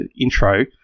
intro